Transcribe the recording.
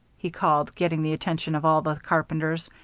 he called, getting the attention of all the carpenters,